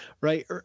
right